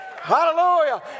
hallelujah